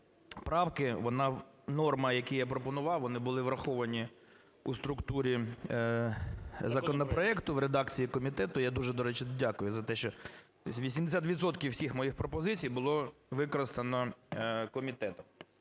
правки, норми, які я пропонував, вони були враховані у структурі законопроекту в редакції комітету. Я дуже, до речі, дякую за те, що з 80 відсотків всіх моїх пропозицій було використано комітетом.